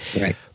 Right